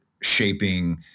shaping